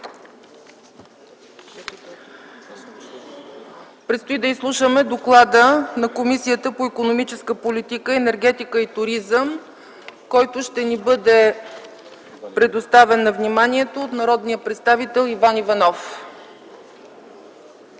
Предстои да изслушаме доклада на Комисията по икономическата политика, енергетика и туризъм, който ще бъде представен на вниманието ни от народния представител Иван Иванов.